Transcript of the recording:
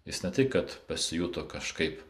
jis ne tik kad pasijuto kažkaip